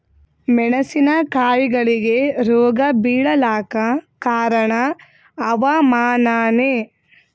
ಮೆಣಸಿನ ಕಾಯಿಗಳಿಗಿ ರೋಗ ಬಿಳಲಾಕ ಕಾರಣ ಹವಾಮಾನನೇ?